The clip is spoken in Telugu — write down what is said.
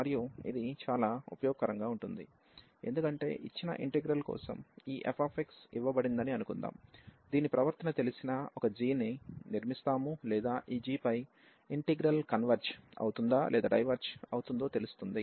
మరియు ఇది చాలా ఉపయోగకరంగా ఉంటుంది ఎందుకంటే ఇచ్చిన ఇంటిగ్రల్ కోసం ఈ fx ఇవ్వబడిందని అనుకుందాం దీని ప్రవర్తన తెలిసిన ఒక g ను నిర్మిస్తాము లేదా ఈ g పై ఇంటిగ్రల్ కన్వెర్జ్ అవుతుందా లేదా డైవెర్జ్ అవుతుందో తెలుస్తుంది